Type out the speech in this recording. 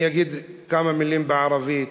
אני אגיד כמה מילים בערבית,